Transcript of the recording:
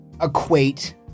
equate